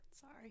Sorry